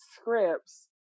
scripts